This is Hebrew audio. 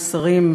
שרים,